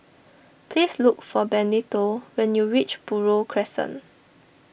please look for Benito when you reach Buroh Crescent